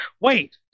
wait